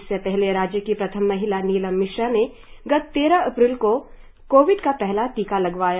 इससे पहले राज्य की प्रथम महिला नीलम मिश्रा ने गत तेरह अप्रैल को कोविड का पहला टीका लगवाया